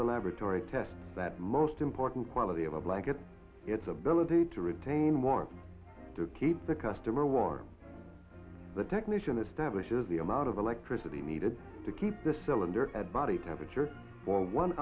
the laboratory tests that most important quality of a blanket its ability to retain more to keep the customer warm the technician establishes the amount of electricity needed to keep the cylinder at body temperature for one